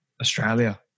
Australia